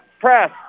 press